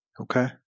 Okay